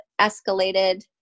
escalated